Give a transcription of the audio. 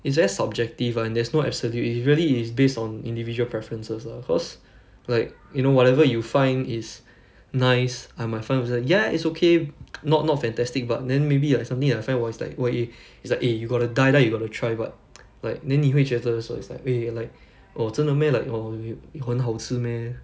it's very subjective [one] there's no absolute it really is based on individual preferences lah cause like you know whatever you find is nice I might find ya it's okay not not fantastic but then maybe like something like friend was like !wah! eh it's like eh you gotta die die you got to try but like then 你会觉得 so it's like eh like oh 真的 meh like oh 很好吃 meh